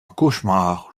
cauchemar